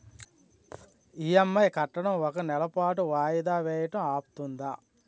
EMI కట్టడం ఒక నెల పాటు వాయిదా వేయటం అవ్తుందా?